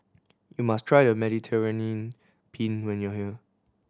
you must try Mediterranean Penne when you are here